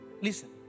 Listen